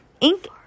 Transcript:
Ink